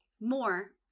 More